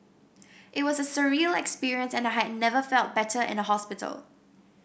it was a surreal experience and I had never felt better in a hospital